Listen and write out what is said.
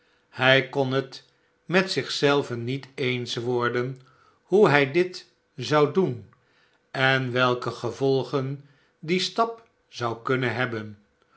hij kon het met zich zelven niet eens worden hoe hij dit zou doen en welke gevolgen die stap zou kunnen hebben